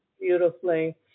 beautifully